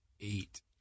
eight